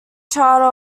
charter